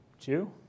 two